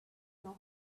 know